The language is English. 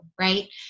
right